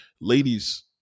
Ladies